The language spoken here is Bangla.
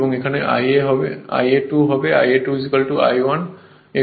এবং Ia 2 হবে Ia 2 I 1 x³